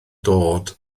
dod